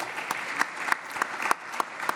(מחיאות כפיים)